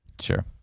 Sure